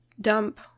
dump